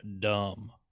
dumb